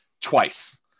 twice